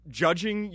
judging